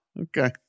Okay